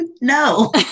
No